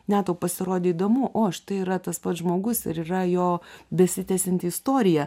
ne tau pasirodė įdomu o štai yra tas pats žmogus ir yra jo besitęsianti istorija